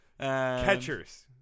Catchers